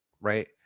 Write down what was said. right